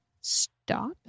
stop